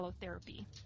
therapy